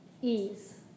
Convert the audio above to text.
ease